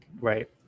Right